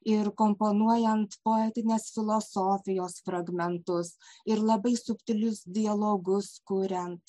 ir komponuojant poetinės filosofijos fragmentus ir labai subtilius dialogus kuriant